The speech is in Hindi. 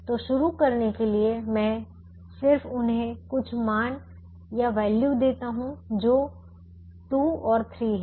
तो शुरू करने के लिए मैं सिर्फ उन्हें कुछ मान वैल्यूvalue देता हूं जो 2 और 3 है